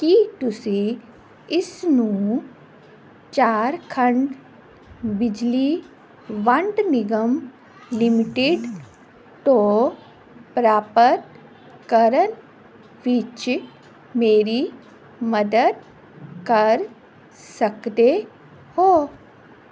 ਕੀ ਤੁਸੀਂ ਇਸ ਨੂੰ ਝਾਰਖੰਡ ਬਿਜਲੀ ਵੰਡ ਨਿਗਮ ਲਿਮਟਿਡ ਤੋਂ ਪ੍ਰਾਪਤ ਕਰਨ ਵਿੱਚ ਮੇਰੀ ਮਦਦ ਕਰ ਸਕਦੇ ਹੋ